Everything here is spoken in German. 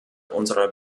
unserer